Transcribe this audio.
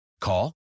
Call